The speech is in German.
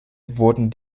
wurden